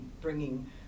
bringing